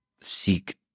Seek